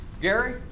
Gary